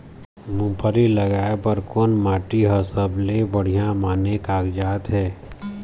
मूंगफली लगाय बर कोन माटी हर सबले बढ़िया माने कागजात हे?